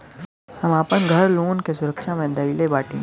हम आपन घर लोन के सुरक्षा मे धईले बाटी